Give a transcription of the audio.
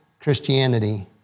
Christianity